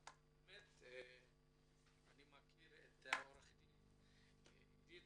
אני מכיר את עו"ד עידית,